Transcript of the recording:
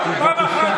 פעם אחת